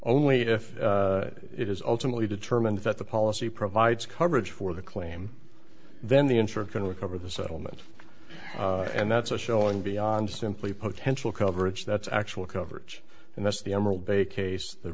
only if it is ultimately determined that the policy provides coverage for the claim then the insurer can recover the settlement and that's a showing beyond simply potential coverage that's actual coverage and that's the